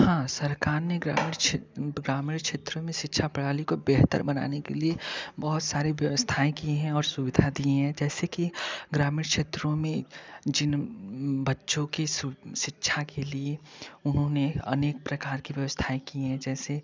हाँ सरकार ने ग्रामीण ग्रामीण क्षेत्रों में शिक्षा प्रणाली को बेहतर बनाने के लिए बहुत सारी व्यवस्थाएँ की है और सुविधा दी है जैसे कि ग्रामीण क्षेत्रों में जिन बच्चों की शिक्षा के लिए उन्होंने अनेक प्रकार की व्यवस्थाएँ की हैं जैसे